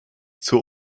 zur